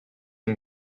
and